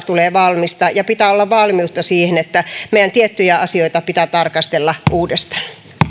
tulee valmista pitää olla valmiutta siihen että meidän tiettyjä asioita pitää tarkastella uudestaan